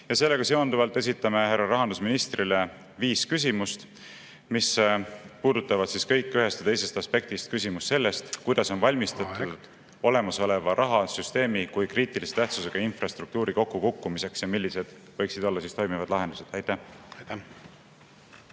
Sellega seonduvalt esitame härra rahandusministrile viis küsimust, mis puudutavad kõik ühest või teisest aspektist küsimust sellest, kuidas on valmistutud … Aeg! Aeg! … olemasoleva rahasüsteemi kui kriitilise tähtsusega infrastruktuuri kokkukukkumiseks ja millised võiksid olla toimivad lahendused. Aitäh!